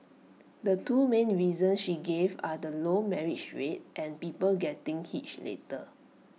the two main reasons she gave are the low marriage rate and people getting hitched later